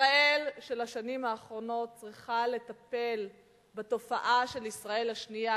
ישראל של השנים האחרונות צריכה לטפל בתופעה של ישראל השנייה,